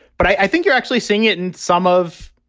but i think you're actually seeing it in some of,